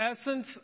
essence